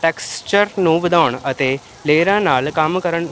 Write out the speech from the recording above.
texture ਨੂੰ ਵਧਾਉਣ ਅਤੇ ਲੇਅਰਾਂ ਨਾਲ ਕੰਮ ਕਰਨ